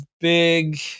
big